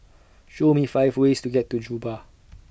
Show Me five ways to get to Juba